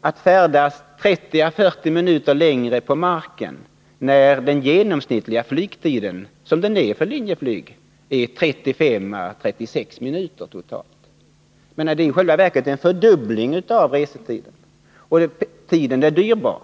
att färdas 30 å 40 minuter längre tid på marken när den genomsnittliga flygtiden, som i Linjeflygs fall, är 35 å 36 minuter totalt. Det är i själva verket en fördubbling av restiden. Och tiden är dyrbar.